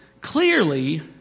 clearly